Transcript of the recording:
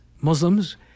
Muslims